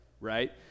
right